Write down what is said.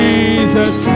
Jesus